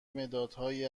مدادهایی